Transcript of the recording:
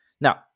Now